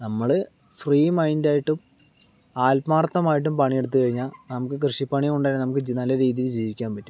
നമ്മള് ഫ്രീ മൈൻറ്റായിട്ടും ആത്മാർത്ഥമായിട്ട് പണിയെടുത്ത് കഴിഞ്ഞാൽ നമുക്ക് കൃഷിപ്പണി കൊണ്ട് തന്നെ നല്ല രീതിയില് ജീവിക്കാൻ പറ്റും